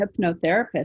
hypnotherapist